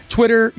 Twitter